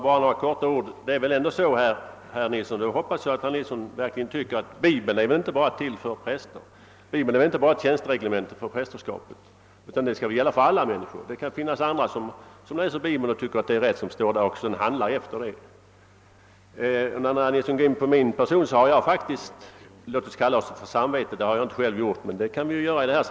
Herr talman! Bara några få ord! Jag hoppas att herr Nilsson tycker att Bibeln inte är till bara för präster eller utgör ett tjänstereglemente för prästerskapet, utan att den är till för alla människor. Det kan finnas andra som läser Bibeln och tycker att vad som står där är rätt och handlar efter det. Eftersom herr Nilsson berörde min person vill jag säga att jag faktiskt har ett samvete — jag har inte själv sagt det, men låt oss kalla det så.